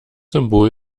symbol